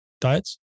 diets